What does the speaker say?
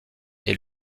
est